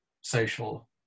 social